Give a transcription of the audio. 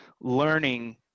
learning